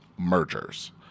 mergers